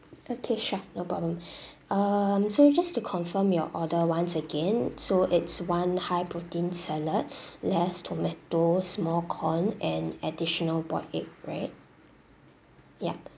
okay sure no problem um so just to confirm your order once again so it's one high protein salad less tomato small corn and additional boiled egg right yup